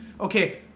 okay